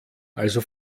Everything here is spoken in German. also